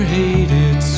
hated